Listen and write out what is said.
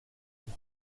pour